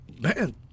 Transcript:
Man